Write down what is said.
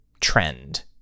trend